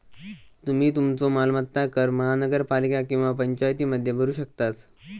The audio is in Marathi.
तुम्ही तुमचो मालमत्ता कर महानगरपालिका किंवा पंचायतीमध्ये भरू शकतास